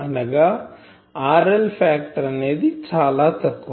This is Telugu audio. అనగా RL ఫాక్టర్ అనేది చాలా తక్కువ